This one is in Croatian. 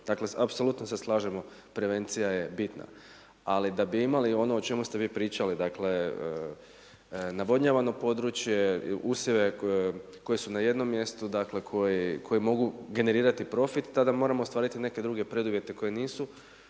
Dakle apsolutno se slažemo, prevencija je bitna. Ali da bi imali ono o čemu ste vi pričali, dakle navodnjavano područje, usjeve koji su na jednom mjestu, dakle koji, koji mogu generirati profit, tada moramo ostvariti neke druge preduvjete koji nisu